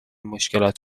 مشکلات